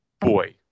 boy